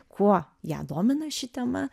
kuo ją domina ši tema